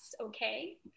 okay